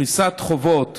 פריסת החובות